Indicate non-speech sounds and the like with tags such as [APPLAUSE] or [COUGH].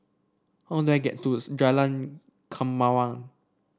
how do I get to [UNINTELLIGIBLE] Jalan Kemaman